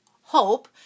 hope